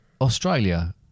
Australia